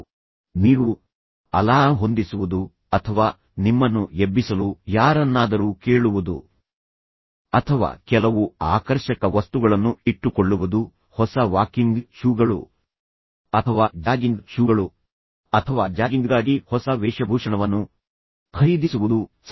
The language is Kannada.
ಆದ್ದರಿಂದ ನೀವು ಅಲಾರಾಂ ಹೊಂದಿಸುವುದು ಅಥವಾ ನಿಮ್ಮನ್ನು ಎಬ್ಬಿಸಲು ಯಾರನ್ನಾದರೂ ಕೇಳುವುದು ಅಥವಾ ಕೆಲವು ಆಕರ್ಷಕ ವಸ್ತುಗಳನ್ನು ಇಟ್ಟುಕೊಳ್ಳುವುದು ಹೊಸ ವಾಕಿಂಗ್ ಶೂಗಳು ಅಥವಾ ಜಾಗಿಂಗ್ ಶೂಗಳು ಅಥವಾ ಜಾಗಿಂಗ್ಗಾಗಿ ಹೊಸ ವೇಷಭೂಷಣವನ್ನು ಖರೀದಿಸುವುದು ಸರಿ